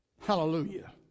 Hallelujah